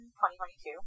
2022